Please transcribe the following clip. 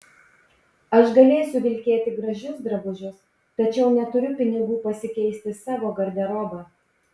aš galėsiu vilkėti gražius drabužius tačiau neturiu pinigų pasikeisti savo garderobą